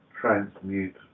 transmute